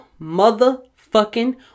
motherfucking